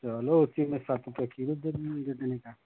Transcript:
चलो उसी में सात रुपया किलो दे देंगे दे देने का